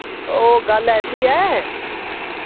ओह् गल्ल ऐसी ऐ